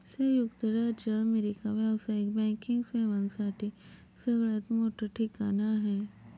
संयुक्त राज्य अमेरिका व्यावसायिक बँकिंग सेवांसाठी सगळ्यात मोठं ठिकाण आहे